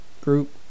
group